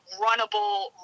runnable